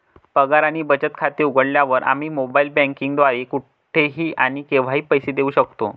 पगार आणि बचत खाते उघडल्यावर, आम्ही मोबाइल बँकिंग द्वारे कुठेही आणि केव्हाही पैसे देऊ शकतो